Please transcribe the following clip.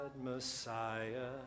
Messiah